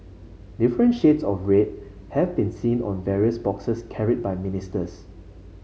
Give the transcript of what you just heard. different shades of red have been seen on various boxes carried by ministers